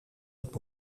het